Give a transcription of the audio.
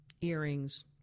earrings